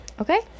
Okay